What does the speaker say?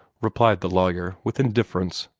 replied the lawyer, with indifference.